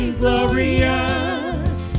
glorious